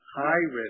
high-risk